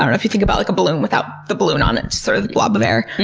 um if you think about like a balloon without the balloon on it, just sort of the blob of air.